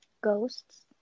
ghosts